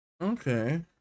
okay